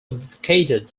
advocated